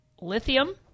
lithium